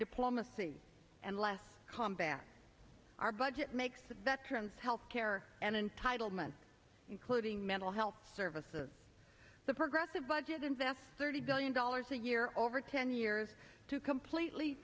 diplomacy and less combat our budget makes the veterans health care an entitlement including mental health services the progressive budget invests thirty billion dollars a year over ten years to completely